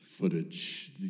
Footage